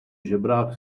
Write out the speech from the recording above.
žebrák